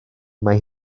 mae